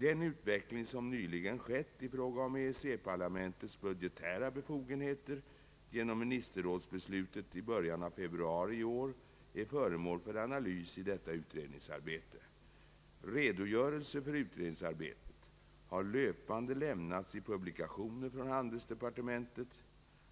Den utveckling som nyligen skett i fråga om EEC-parlamentets budgetära befogenheter genom ministerrådsbeslutet i början av februari i år är föremål för analys i detta utredningsarbete. Redogörelser för utredningsarbetet har löpande lämnats i publikationer från handelsdepartementet.